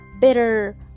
bitter